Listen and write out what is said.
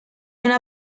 una